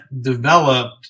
developed